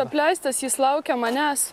apleistas jis laukia manęs